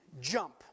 jump